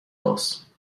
else